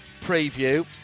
preview